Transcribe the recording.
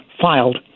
filed